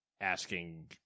asking